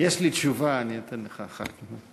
יש לי תשובה, אני אתן לך אחר כך.